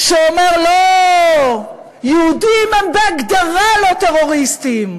שאומר: לא, יהודים הם בהגדרה לא טרוריסטים.